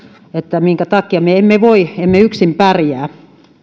minkä takia me emme yksin pärjää